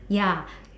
ya